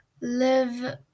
live